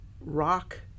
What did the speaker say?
rock